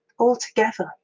altogether